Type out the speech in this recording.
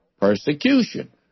persecution